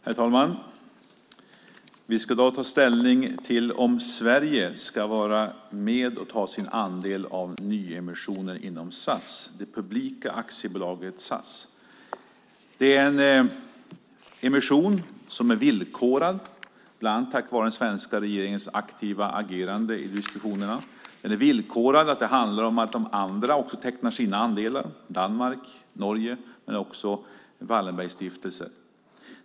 Herr talman! Vi ska i dag ta ställning till om Sverige ska vara med och ta sin andel av nyemissionen inom det publika aktiebolaget SAS. Det är en emission som är villkorad bland annat tack vare den svenska regeringens aktiva agerande i diskussionerna. Villkoren handlar om att de andra - Danmark, Norge och Wallenbergstiftelsen - också ska teckna sina andelar.